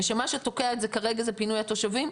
ושמה שתוקע את זה כרגע זה פינוי התושבים,